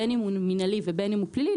בין אם הוא מינהלי ובין אם הוא פלילי,